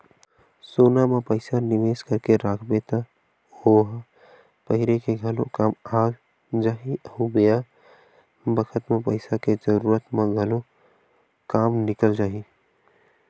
सोना म पइसा निवेस करके राखबे त ओ ह पहिरे के घलो काम आ जाही अउ बेरा बखत म पइसा के जरूरत म घलो काम निकल जाही